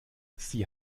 sie